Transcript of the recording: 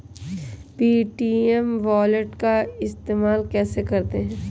Paytm wallet का इस्तेमाल कैसे करते हैं?